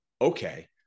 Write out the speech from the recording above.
okay